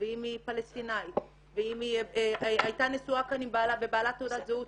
ואם היא פלשתינאית ואם הייתה נשואה כאן לבעלה ובעלת תעודת זהות,